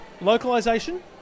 localization